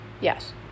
yes